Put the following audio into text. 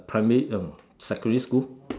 primary um secondary school